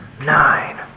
Nine